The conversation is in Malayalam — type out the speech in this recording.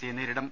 സിയെ നേരിടും